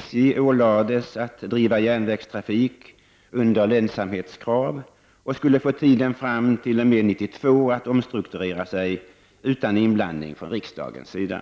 SJ ålades att driva järnvägstrafik under lönsamhetskrav och skulle få tiden fram t.o.m. 1992 att omstrukturera sig utan inblandning från riksdagens sida.